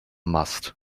must